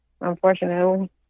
unfortunately